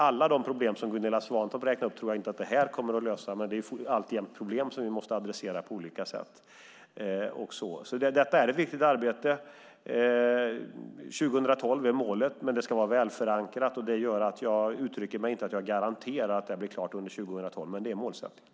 Alla de problem som Gunilla Svantorp räknade upp tror jag inte att det här kommer att lösa. Det finns alltjämt problem som vi måste adressera på olika sätt. Detta är ett viktigt arbete. År 2012 är målet, men det ska vara välförankrat. Det gör att jag inte uttrycker mig på det sättet att jag garanterar att det blir klart under 2012, men det är målsättningen.